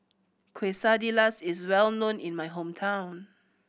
quesadillas is well known in my hometown